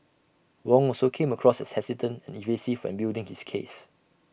Wong also came across as hesitant and evasive when building his case